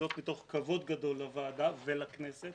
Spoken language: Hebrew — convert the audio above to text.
וזאת מתוך כבוד גדול לוועדה ולכנסת